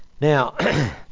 Now